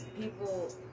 people